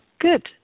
Good